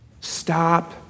Stop